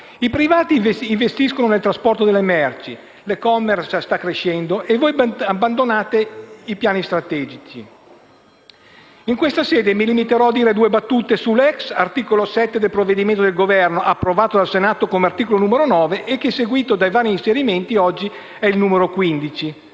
I privati investono nel trasporto delle merci, l'*e-commerce* sta crescendo, e voi abbandonate i piani strategici. In questa sede mi limiterò a dire due battute sull'ex articolo 7 del provvedimento del Governo, approvato dal Senato come articolo 9 e che, a seguito dei veri inserimenti, oggi è l'articolo 15.